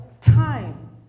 time